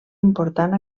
important